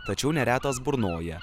tačiau neretas burnoja